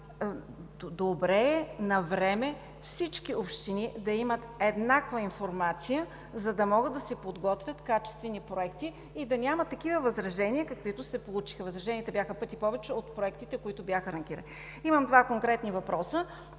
Добре е навреме всички общини да имат еднаква информация, за да могат да си подготвят качествени проекти и да няма такива възражения, каквито се получиха. Възраженията бяха в пъти повече от проектите, които бяха ранкирани. Имам два конкретни въпроса.